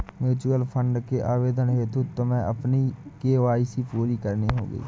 mutual fund के आवेदन हेतु तुम्हें अपनी के.वाई.सी पूरी करनी होगी